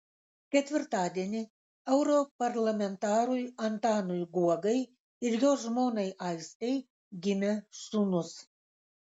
ketvirtadienį europarlamentarui antanui guogai ir jo žmonai aistei gimė sūnus